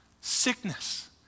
sickness